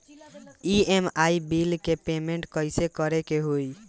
EMI bill के payment कइसे करे के होई?